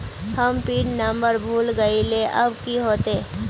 हम PIN number भूल गलिऐ अब की होते?